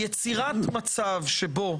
יצירת מצב שבו,